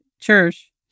church